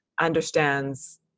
understands